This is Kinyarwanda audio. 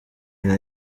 nka